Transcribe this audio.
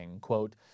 quote